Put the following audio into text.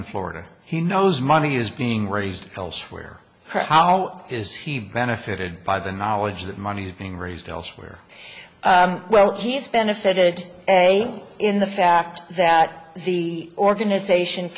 in florida he knows money is being raised elsewhere how is he benefited by the knowledge that money is being raised elsewhere well he's benefited a in the fact that the organization